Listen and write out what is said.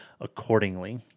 accordingly